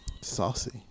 saucy